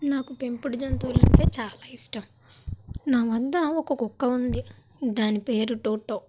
నాకు పెంపుడు జంతువులు అంటే చాలా ఇష్టం నా వద్ద ఒక కుక్క ఉంది దాని పేరు టోటో